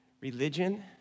Religion